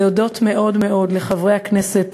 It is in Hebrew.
להודות מאוד מאוד לחברי הכנסת